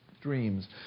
Dreams